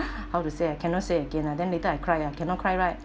how to say I cannot say again lah then later I cry ah cannot cry right